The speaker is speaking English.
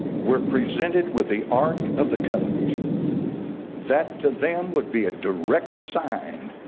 were presented with the ark of the covenant that to them would be a direct sign